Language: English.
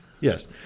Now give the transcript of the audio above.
Yes